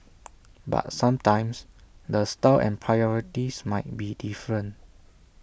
but sometimes the style and priorities might be different